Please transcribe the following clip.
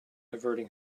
averting